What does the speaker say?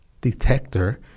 detector